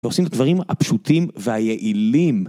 ועושים את הדברים הפשוטים והיעילים